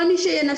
כל מי שינסה,